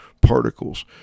particles